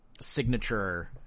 signature